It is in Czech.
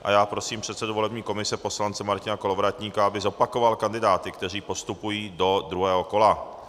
A já prosím předsedu volební komise poslance Martina Kolovratníka, aby zopakoval kandidáty, kteří postupují do druhého kola.